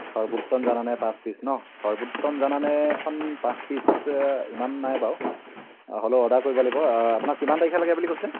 সৰ্বোত্তম জানানে পাঁচ পিচ ন সৰ্বোত্তম জানানে এখন পাঁচ পিচ ইমান নাই বাৰু হ'লেও অৰ্ডাৰ কৰিব লাগিব আপোনাক কিমান তাৰিখে লাগে বুলি কৈছিলে